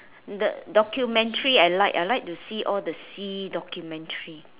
the documentary I like I like to see all the sea documentary